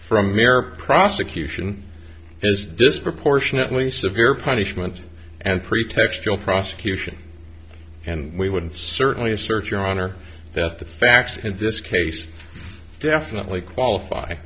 from their prosecution is disproportionately severe punishment and pretextual prosecution and we would certainly assert your honor that the facts in this case definitely qualify